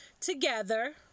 together